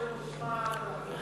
יש לנו זמן, אנחנו חזקים.